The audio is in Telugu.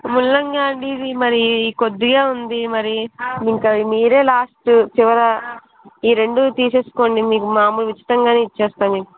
ముల్లంగా అండి ఇది మరీ కొద్దిగా ఉంది మరీ ఇంక మీరే లాస్టు చివర ఈ రెండూ తీసేసుకోండి మీకు మాములు ఉచితంగానే ఇచ్చేస్తాను మేము